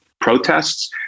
protests